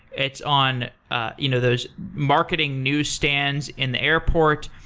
it's on ah you know those marketing newsstands in the airport.